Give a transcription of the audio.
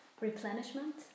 replenishment